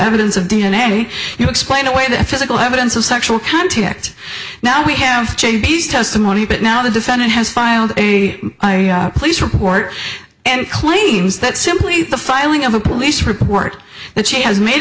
evidence of d n a you explain away the physical evidence of sexual contact now we have testimony but now the defendant has filed a police report and claims that simply the filing of a police report that she has made